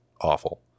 Awful